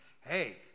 Hey